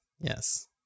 yes